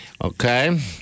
Okay